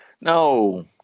No